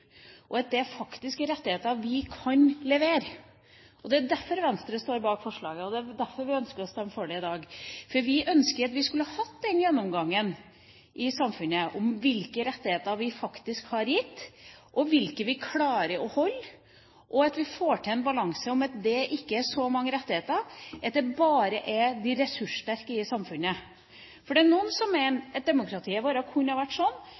og at det er rettigheter vi faktisk kan levere. Det er derfor Venstre står bak forslaget, og det er derfor vi ønsker å stemme for det i dag. Vi ønsker å få en gjennomgang i samfunnet av hvilke rettigheter vi faktisk har gitt, og hvilke vi klarer å opprettholde, og også at vi får til en balanse, sånn at det ikke er så mange rettigheter at det bare er for de ressurssterke i samfunnet. For det er noen som mener at demokratiet vårt kunne vært sånn